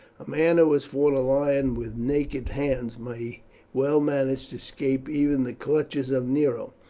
a man who has fought a lion with naked hands may well manage to escape even the clutches of nero.